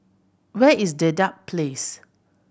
where is Dedap Place